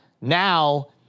now